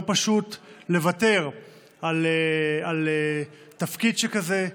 לא פשוט לוותר על תפקיד שכזה,